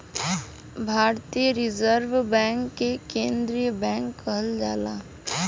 भारतीय reserve bank के केन्द्रीय बैंक कहल जाला